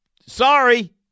sorry